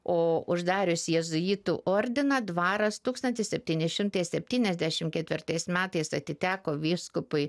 o uždarius jėzuitų ordiną dvaras tūkstantis septyni šimtai septyniasdešimt ketvirtais metais atiteko vyskupui